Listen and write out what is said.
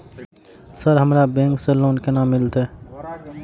Sir हमरा bank से loan केना मिलते?